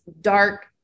dark